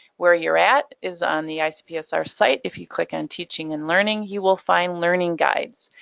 where you're at is on the icpsr site. if you click on teaching and learning, you will find learning guides.